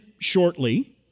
shortly